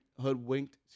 hoodwinked